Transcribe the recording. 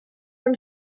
from